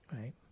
right